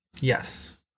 Yes